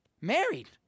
married